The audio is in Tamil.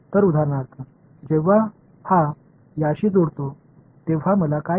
எனவே உதாரணமாக இந்த பையன் இந்த பையனுடன் இணைந்தால் எனக்கு என்ன கிடைக்கும்